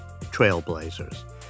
trailblazers